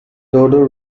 dodo